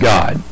God